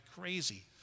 crazy